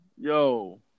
Yo